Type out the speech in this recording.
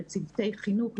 לצוותי חינוך,